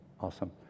Awesome